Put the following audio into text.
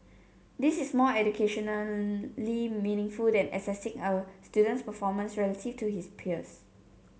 this is more educationally meaningful than assessing a student's performance relative to his peers